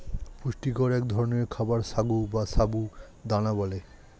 পুষ্টিকর এক ধরনের খাবার সাগু বা সাবু দানা বলে